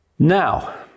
Now